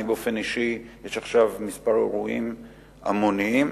יש עכשיו כמה אירועים המוניים,